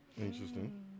interesting